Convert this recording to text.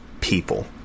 people